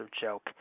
joke